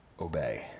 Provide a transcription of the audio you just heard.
obey